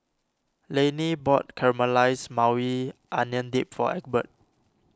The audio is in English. Laney bought Caramelized Maui Onion Dip for Egbert